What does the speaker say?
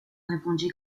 répondit